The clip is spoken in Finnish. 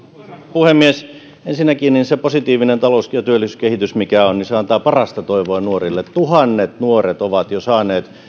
puhemies ensinnäkin se positiivinen talous ja työllisyyskehitys mikä on antaa parasta toivoa nuorille tuhannet nuoret ovat jo saaneet